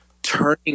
turning